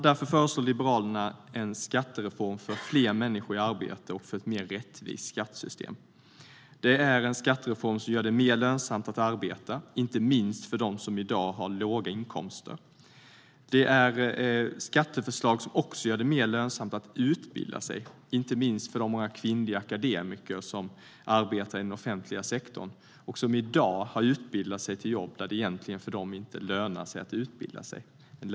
Därför föreslår Liberalerna en skattereform för fler människor i arbete och för ett mer rättvist skattesystem. Det är en skattereform som gör det mer lönsamt att arbeta, inte minst för dem som i dag har låga inkomster. Det är skatteförslag som också gör det mer lönsamt att utbilda sig, inte minst för de många kvinnliga akademiker som arbetar inom den offentliga sektorn och som har utbildat sig till jobb som det egentligen inte lönat sig för dem att utbilda sig till.